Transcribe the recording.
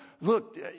look